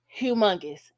humongous